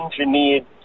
engineered